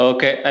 Okay